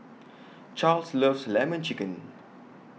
Charls loves Lemon Chicken